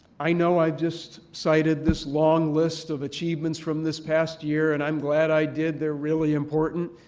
i know i've just cited this long list of achievements from this past year and i'm glad i did. they're really important.